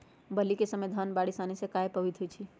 बली क समय धन बारिस आने से कहे पभवित होई छई?